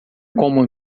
como